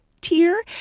tier